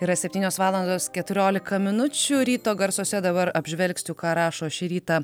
yra septynios valandos keturiolika minučių ryto garsuose dabar apžvelgsiu ką rašo šį rytą